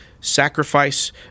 sacrifice